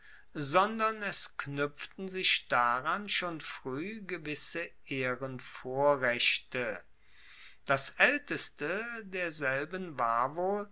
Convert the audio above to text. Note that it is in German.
sondern es knuepften sich daran schon frueh gewisse ehrenvorrechte das aelteste derselben war wohl